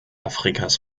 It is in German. afrikas